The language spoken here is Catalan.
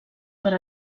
per